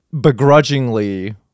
begrudgingly